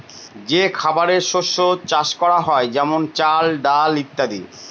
যে খাবারের শস্য চাষ করা হয় যেমন চাল, ডাল ইত্যাদি